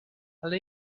ale